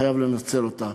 חייב לנצל אותה.